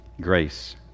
Grace